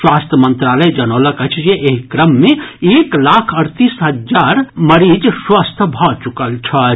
स्वास्थ्य मंत्रालय जनौलक अछि जे एहि क्रम मे एक लाख अड़तीस हजार मरीज स्वस्थ भऽ चुकल छथि